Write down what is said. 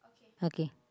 okay